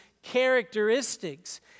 characteristics